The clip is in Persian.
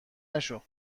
نشو